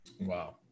Wow